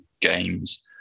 games